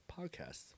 Podcasts